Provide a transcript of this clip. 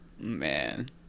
Man